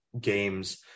games